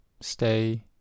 stay